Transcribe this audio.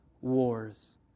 wars